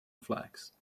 flags